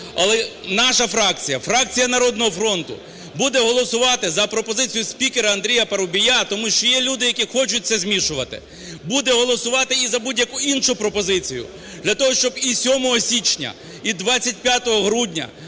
Але наша фракція, фракція "Народного фронту", буде голосувати за пропозицію спікера Андрія Парубія, тому що є люди, які хочуть це змішувати. Буде голосувати і за будь-яку іншу пропозицію для того, щоб і 7 січня, і 25 грудня